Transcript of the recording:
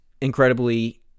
incredibly